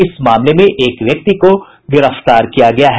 इस मामले में एक व्यक्ति को गिरफ्तार किया गया है